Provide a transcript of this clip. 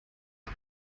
dar